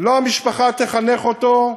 לא "המשפחה תחנך אותו",